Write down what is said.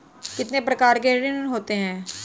कितने प्रकार के ऋण होते हैं?